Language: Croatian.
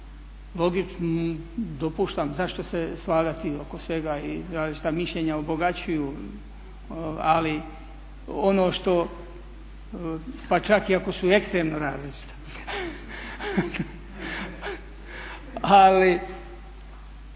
Logično, dopuštam zašto se slagati oko svega i različita mišljenja obogaćuju. Ali ono što pa čak i ako su ekstremno različita. Ali